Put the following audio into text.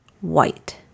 white